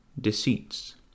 deceits